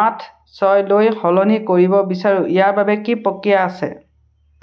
আঠ ছয়লৈ সলনি কৰিব বিচাৰোঁ ইয়াৰ বাবে কি প্ৰক্ৰিয়া আছে